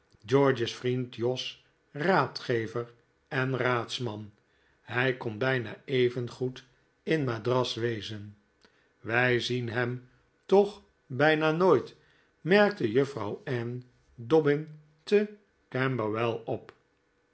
george's vriend jos raadgever en raadsman hij kon bijna evengoed in madras wezen wij zien hem toch bijna nooit merkte juffrouw ann dobbin te camberwell op